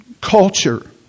culture